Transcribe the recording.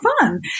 fun